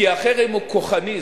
כי החרם הוא כוחני.